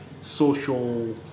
social